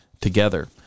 together